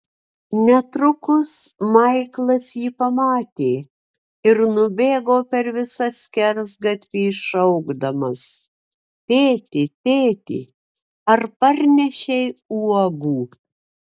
netrukus maiklas jį pamatė ir nubėgo per visą skersgatvį šaukdamas tėti tėti ar parnešei uogų